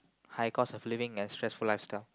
high cost of living and stressful lifestyle